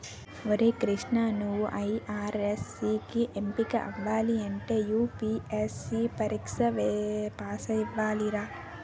ఒరే కృష్ణా నువ్వు ఐ.ఆర్.ఎస్ కి ఎంపికవ్వాలంటే యూ.పి.ఎస్.సి పరీక్ష పేసవ్వాలిరా